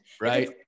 right